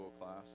class